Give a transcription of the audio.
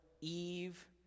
Eve